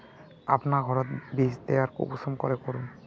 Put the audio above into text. अपना घोरोत बीज तैयार कुंसम करे करूम?